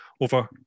over